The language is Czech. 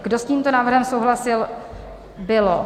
Kdo s tímto návrhem souhlasil, bylo...